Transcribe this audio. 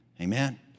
Amen